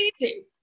easy